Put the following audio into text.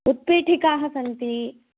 उत्पीठिकाः सन्ति